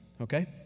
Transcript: okay